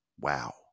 Wow